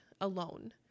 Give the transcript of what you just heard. alone